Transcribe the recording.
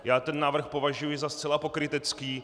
Já ten návrh považuji za zcela pokrytecký.